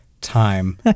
time